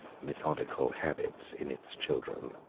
methodical habits in its children.